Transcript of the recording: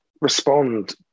respond